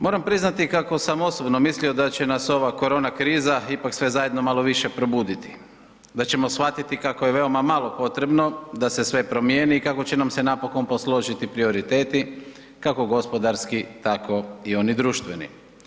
Moram priznati kako sam osobno mislio da će nas ova korona kriza ipak sve zajedno malo više probuditi, da ćemo shvatiti kako je veoma malo potrebno da se sve promijeni i kako će nam se napokon posložiti prioriteti, kako gospodarski tako i oni društveni.